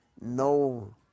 no